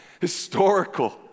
historical